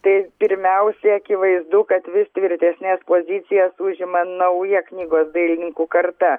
tai pirmiausia akivaizdu kad vis tvirtesnes pozicijas užima nauja knygos dailininkų karta